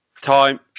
time